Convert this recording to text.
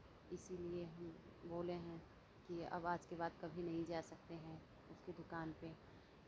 इसीलिये हम बोले हैं कि अब आज के बाद कभी नहीं जा सकते हैं उसके दुकान पे